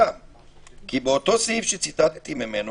כי באותו סעיף שציטטתי ממנו,